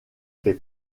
fait